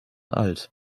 alt